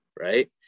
right